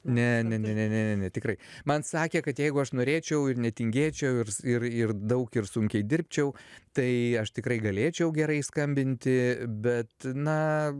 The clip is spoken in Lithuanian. ne ne ne ne ne ne tikrai man sakė kad jeigu aš norėčiau ir netingėčiau ir su ir ir daug ir sunkiai dirbčiau tai aš tikrai galėčiau gerai skambinti bet na